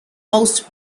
most